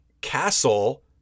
castle